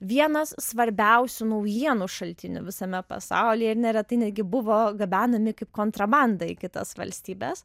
vienas svarbiausių naujienų šaltinių visame pasaulyje ir neretai netgi buvo gabenami kaip kontrabanda į kitas valstybes